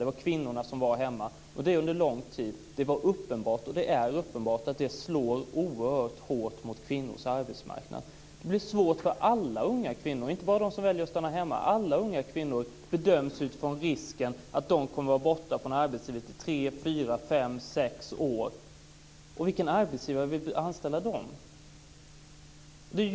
Det var kvinnorna som var hemma och det under lång tid. Det var uppenbart, och det är uppenbart att det slår oerhört hårt mot kvinnors arbetsmarknad. Det blir svårt för alla unga kvinnor, inte bara för dem som väljer att stanna hemma. Alla unga kvinnor bedöms utifrån risken att de är borta från arbetslivet i tre, fyra, fem eller sex år. Vilken arbetsgivare vill anställa dem?